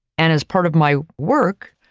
and as part of my work,